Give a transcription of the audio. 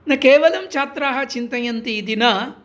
केवलं छात्राः चिन्तयन्ति इति न